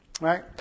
right